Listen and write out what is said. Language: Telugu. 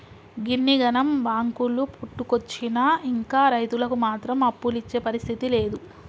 గిన్నిగనం బాంకులు పుట్టుకొచ్చినా ఇంకా రైతులకు మాత్రం అప్పులిచ్చే పరిస్థితి లేదు